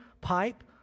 pipe